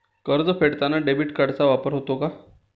कर्ज फेडताना डेबिट कार्डचा वापर होतो का?